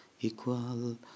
equal